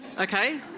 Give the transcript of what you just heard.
Okay